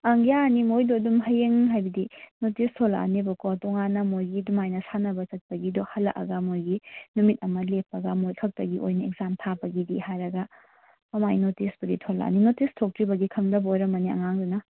ꯑꯪ ꯌꯥꯔꯅꯤ ꯃꯈꯣꯏꯗꯨ ꯑꯗꯨꯝ ꯍꯌꯦꯡ ꯍꯥꯏꯕꯗꯤ ꯅꯣꯇꯤꯁ ꯊꯣꯛꯂꯛꯑꯅꯦꯕꯀꯣ ꯇꯣꯉꯥꯟꯅ ꯃꯈꯣꯏꯒꯤ ꯑꯗꯨꯃꯥꯏꯅ ꯁꯥꯟꯅꯕ ꯆꯠꯄꯒꯤꯗꯣ ꯍꯜꯂꯛꯑꯒ ꯃꯈꯣꯏꯒꯤ ꯅꯨꯃꯤꯠ ꯑꯃ ꯂꯦꯞꯄꯒ ꯃꯈꯣꯏ ꯈꯛꯇꯒꯤ ꯑꯣꯏꯅ ꯑꯦꯛꯖꯥꯝ ꯊꯥꯕꯒꯤ ꯍꯥꯏꯔꯒ ꯑꯗꯨꯃꯥꯏꯅ ꯅꯣꯇꯤꯁꯄꯨꯗꯤ ꯊꯣꯛꯂꯛꯑꯅꯤ ꯅꯣꯇꯤꯁ ꯊꯣꯛꯇ꯭ꯔꯤꯕꯒꯤ ꯈꯪꯗꯕ ꯑꯣꯏꯔꯝꯃꯅꯤ ꯑꯉꯥꯡꯗꯨꯅ